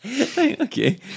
Okay